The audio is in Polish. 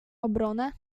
obronę